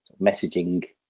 messaging